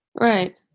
Right